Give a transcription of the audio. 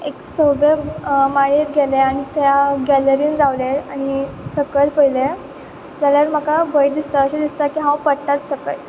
एक सव्वे माळयेर गेलें आनी थंय हांव गॅलरीन रावलें आनी सकल पळयलें जाल्यार म्हाका भंय दिसता अशें दिसता की हांव पडटाच सकयल